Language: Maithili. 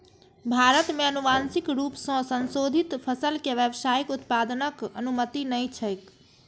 भारत मे आनुवांशिक रूप सं संशोधित फसल के व्यावसायिक उत्पादनक अनुमति नहि छैक